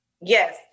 Yes